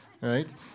right